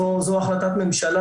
זו החלטת ממשלה,